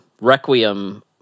Requiem